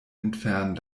entfernen